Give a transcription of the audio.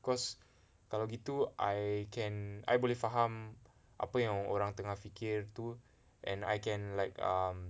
cause kalau gitu I can I boleh faham apa yang orang tengah fikir tu and I can like um